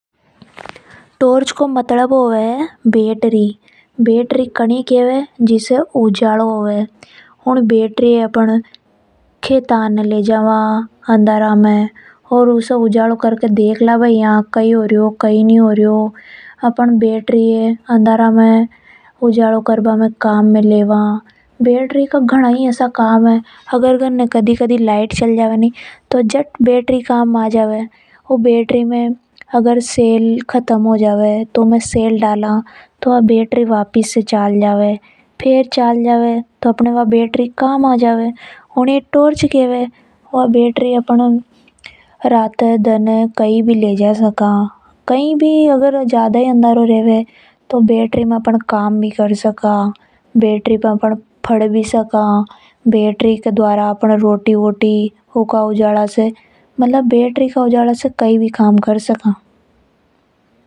टॉर्च को मतलब होवे बैटरी ,बैटरी उन्ह केवे जिसे उजालों होवे। ई बैटरी ये अपन खेता में ले जावा। अनदेरा में देख लेवा की यहां कई है। या बैटरी अपने घणी काम की वस्तु है। बैटरी का घणा सारा काम है अगर कदी कदी लाइट चल जावे अपने घन ने तो अपन बैटरी को उजालों जट कर लेवा। बैटरी में अपन सेल डाल दा और ये खत्म हो जावे तो फेर से नया सैल डाल लेवा। ओर फिर से ऐनी ए काम में ले सका। इन ये टॉर्च केवे है।